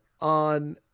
on